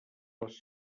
les